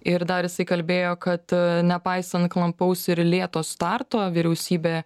ir dar jisai kalbėjo kad nepaisant klampaus ir lėto starto vyriausybė